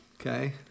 Okay